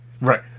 Right